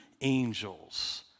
angels